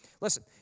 Listen